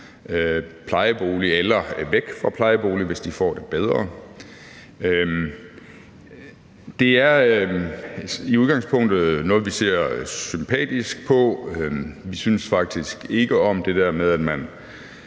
plejebolig eller væk fra plejeboligen, hvis de får det bedre, og det er i udgangspunktet noget, som vi ser sympatisk på. Vi synes faktisk ikke om det der med, at man